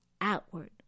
outward